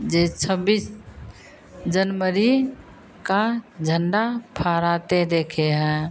जो छब्बीस जनवरी का झण्डा फहराते देखे हैं